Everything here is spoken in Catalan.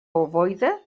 ovoide